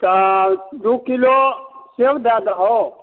तऽ दू किलो सेव दऽ दहो